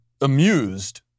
Amused